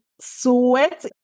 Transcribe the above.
sweat